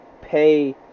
pay